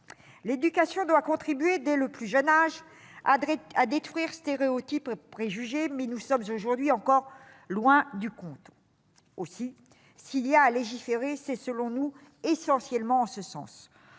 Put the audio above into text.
L'éducation doit contribuer, dès le plus jeune âge, à détruire stéréotypes et préjugés, mais nous sommes aujourd'hui encore loin du compte. Aussi, s'il est besoin de légiférer, c'est selon nous essentiellement en ce sens.